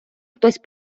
хтось